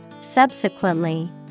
Subsequently